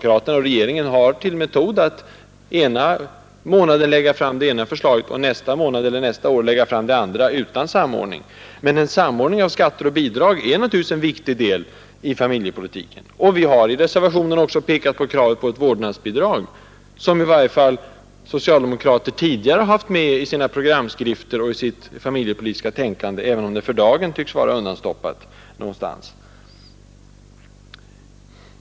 Regeringen tillämpar metoden att ena månaden lägga fram det ena förslaget och nästa månad eller nästa år lägga fram det andra förslaget utan samordning. En samordning av skatter och bidrag är naturligtvis en viktig del i familjepolitiken. Vi har i reservationen också pekat på kravet på ett vårdnadsbidrag, som socialdemokraterna tidigare har haft med i sina programskrifter och i sitt familjepolitiska tänkande, även om det för dagen tycks vara undanstoppat någonstans.